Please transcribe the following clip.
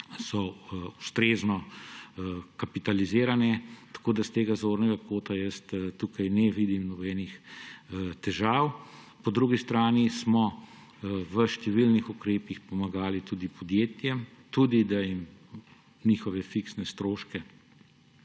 so ustrezno kapitalizirane, tako da s tega zornega kota tukaj ne vidim nobenih težav. Po drugi strani smo s številnimi ukrepi pomagali tudi podjetjem, tudi da jim njihove fiksne stroške